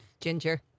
Ginger